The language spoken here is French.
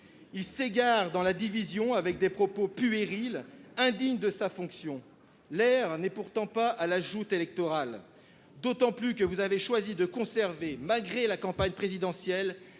Il s'égare dans la division avec des propos puérils, indignes de sa fonction. L'heure n'est pourtant pas à la joute, d'autant moins que vous avez choisi de conserver, malgré la campagne présidentielle,